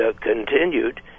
continued